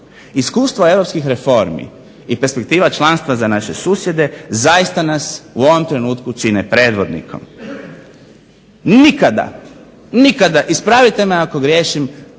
Iskustvo europskih reformi i perspektiva članstva za naše susjede zaista nas u ovom trenutku čine predvodnikom. Nikada, nikada ispravite me ako griješim,